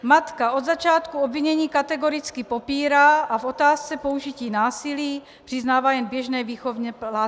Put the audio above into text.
Matka od začátku obvinění kategoricky popírá a v otázce použití násilí přiznává jen běžné výchovné plácnutí.